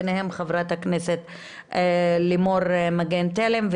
ביניהן חברת הכנסת לימור מגן תלם,